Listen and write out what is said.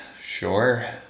Sure